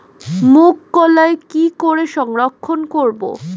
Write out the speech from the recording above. মুঘ কলাই কি করে সংরক্ষণ করব?